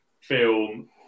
film